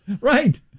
Right